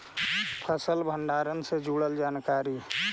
फसल भंडारन से जुड़ल जानकारी?